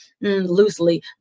loosely